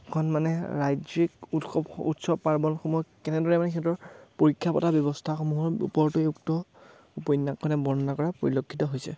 খন মানে ৰাজ্যিক উৎসৱ উৎসৱ পাৰ্বণসমূহ কেনেদৰে মানে সিহঁতৰ পৰীক্ষা পতাৰ ব্যৱস্থাসমূহৰ ওপৰতে উপন্যাসখনে বৰ্ণনা কৰা পৰিলক্ষিত হৈছে